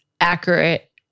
accurate